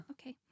Okay